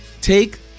Take